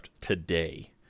today